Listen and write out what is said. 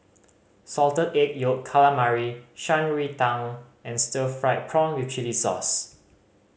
Salted Egg Yolk Calamari Shan Rui Tang and stir fried prawn with chili sauce